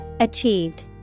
Achieved